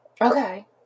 Okay